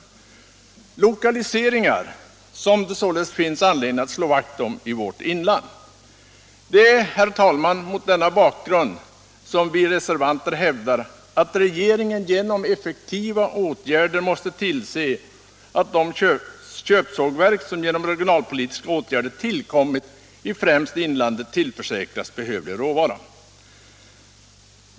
Det är lokaliseringar som det således finns anledning att slå vakt om i vårt inland. Det är, herr talman, mot denna bakgrund som vi reservanter hävdar att regeringen genom effektiva åtgärder måste tillse att de köpsågverk som genom regionalpolitiska åtgärder tillkommit, främst i inlandet, tillförsäkras behövlig råvara.